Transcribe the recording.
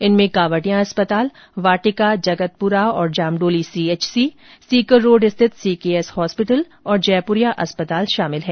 इनमें कांवटिया अस्पताल वाटिका जगतपुरा और जामडोली सीएचसी सीकर रोड स्थित सीकेएस हॉस्पिटल तथा जयपुरिया अस्पताल शामिल है